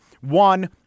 One